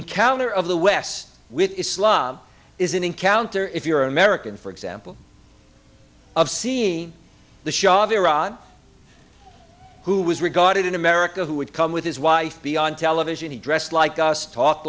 encounter of the west with islam is an encounter if you're american for example of seeing the shah of iran who was regarded in america who would come with his wife be on television he dressed like us t